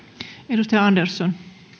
arvoisa